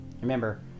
Remember